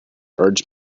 urged